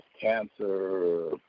cancer